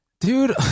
dude